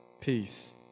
Peace